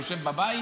הוא ישב בבית?